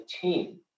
team